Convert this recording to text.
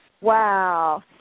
wow